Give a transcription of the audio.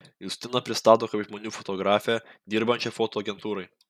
justiną pristato kaip žmonių fotografę dirbančią fotoagentūrai